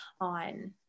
on